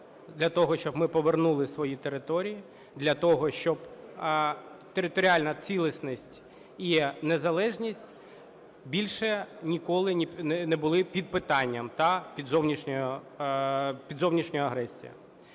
для того, щоб ми повернули свої території, для того, щоб територіальна цілісність і незалежність більше ніколи не були під питанням та під зовнішньою агресією.